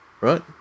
right